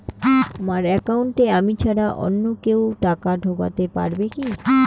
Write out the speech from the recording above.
আমার একাউন্টে আমি ছাড়া অন্য কেউ টাকা ঢোকাতে পারবে কি?